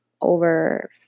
over